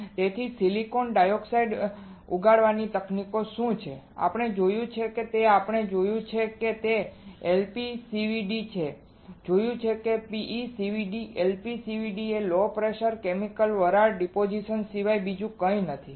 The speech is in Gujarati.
તેથી સિલિકોન ડાયોક્સાઇડ ઉગાડવાની તકનીકો શું છે આપણે જોયું છે કે જે આપણે જોયું છે તે LPCVD છે આપણે જોયું છે PECVD LPCVD એ લો પ્રેશર કેમિકલ વરાળ ડિપોઝિશન સિવાય બીજું કંઈ નથી